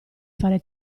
fare